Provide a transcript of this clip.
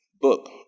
book